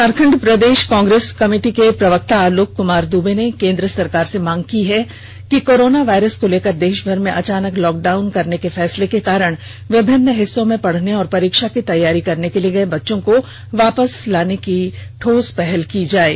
झारखंड प्रदेश कांग्रेस कमेटी के प्रवक्ता आलोक क्मार दूबे ने केंद्र सरकार से मांग की है कि कोरोना वायरस को लेकर देशभर में अचानक लॉकडाउन करने के फैसले के कारण विभिन्न हिस्सों में पढ़ने और परीक्षा की तैयारी करने के गये बच्चों को वापस लाने के लिए ठोस पहल की जाएं